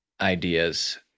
ideas